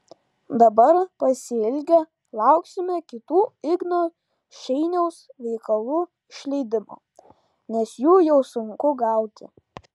dabar pasiilgę lauksime kitų igno šeiniaus veikalų išleidimo nes jų jau sunku gauti